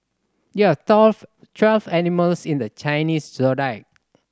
there are twelve animals in the Chinese Zodiac